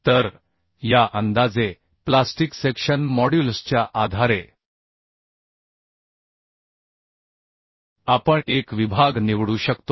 तर या अंदाजे प्लास्टिक सेक्शन मॉड्युलसच्या आधारे आपण एक विभाग निवडू शकतो